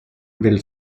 del